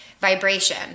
vibration